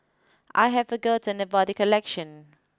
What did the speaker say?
I hadforgotten about the collection